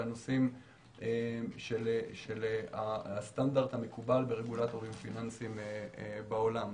ועל נושאים של הסטנדרט המקובל ברגולטורים פיננסיים בעולם.